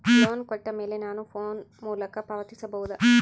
Loan ಕೊಟ್ಟ ಮೇಲೆ ನಾನು ಫೋನ್ ಮೂಲಕ ಪಾವತಿಸಬಹುದಾ?